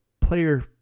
player